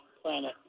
planet